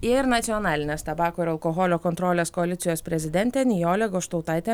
ir nacionalinės tabako ir alkoholio kontrolės koalicijos prezidentė nijolė goštautaitė